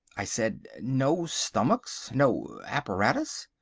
i said, no stomachs no apparatus?